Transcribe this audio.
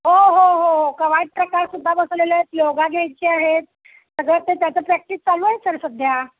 हो हो हो कवायत प्रकार सुद्धा बसवलेले आहेत योगा घ्यायची आहेत सगळं त्याचं आता प्रॅक्टिस चालू आहे सर सध्या